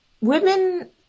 women